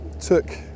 took